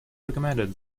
recommended